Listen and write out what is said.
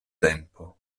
tempo